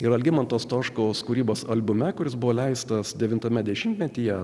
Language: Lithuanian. ir algimanto stoškaus kūrybos albume kuris buvo leistas devintame dešimtmetyje